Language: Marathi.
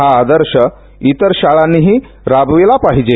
हा आदर्श इतर शाळांनी राबविला पाहिजे